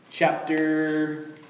Chapter